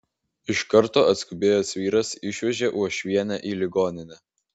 iš karto atskubėjęs vyras išvežė uošvienę į ligoninę